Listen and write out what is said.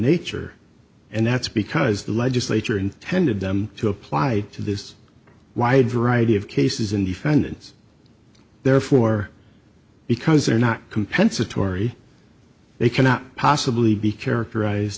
nature and that's because the legislature intended them to apply to this wide variety of cases and defendants therefore because they are not compensatory they cannot possibly be characterize